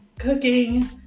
Cooking